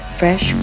fresh